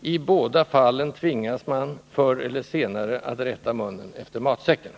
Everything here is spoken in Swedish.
i båda fallen tvingas man förr eller senare att rätta munnen efter matsäcken”.